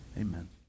Amen